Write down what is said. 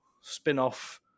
spin-off